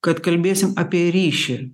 kad kalbėsim apie ryšį